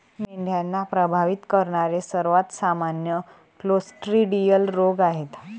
मेंढ्यांना प्रभावित करणारे सर्वात सामान्य क्लोस्ट्रिडियल रोग आहेत